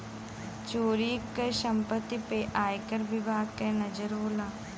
चोरी क सम्पति पे आयकर विभाग के नजर होला